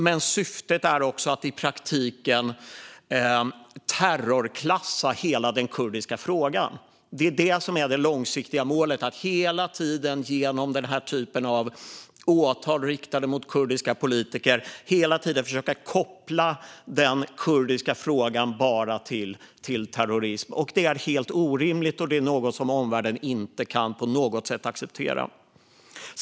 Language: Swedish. Men syftet är också att i praktiken terrorklassa hela den kurdiska frågan. Det är det som är det långsiktiga målet: att hela tiden genom den här typen av åtal riktade mot kurdiska politiker försöka koppla den kurdiska frågan bara till terrorism. Det är helt orimligt och något som omvärlden inte på något sätt kan acceptera.